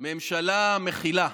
ממשלה מכילה,